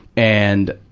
and,